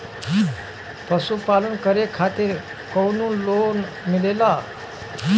पशु पालन करे खातिर काउनो लोन मिलेला?